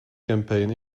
campaign